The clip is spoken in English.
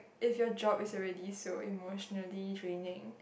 if your job is already so emotionally draining